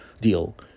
deal